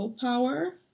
power